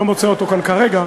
לא מוצא אותו כאן כרגע,